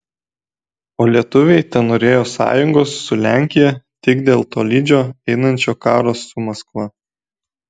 o lietuviai tenorėjo sąjungos su lenkija tik dėl tolydžio einančio karo su maskva